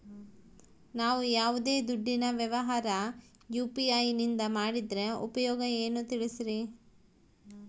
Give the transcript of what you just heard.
ನಾವು ಯಾವ್ದೇ ದುಡ್ಡಿನ ವ್ಯವಹಾರ ಯು.ಪಿ.ಐ ನಿಂದ ಮಾಡಿದ್ರೆ ಉಪಯೋಗ ಏನು ತಿಳಿಸ್ರಿ?